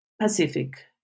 Pacific